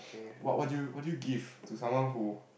what what do you what do you give to someone who